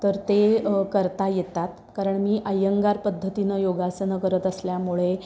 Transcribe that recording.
तर ते करता येतात कारण मी अयंगार पद्धतीनं योगासनं करत असल्यामुळे